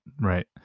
right